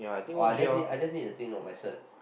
oh I just need I just need to think of my cert